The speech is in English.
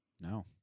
No